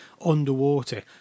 underwater